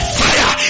fire